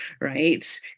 right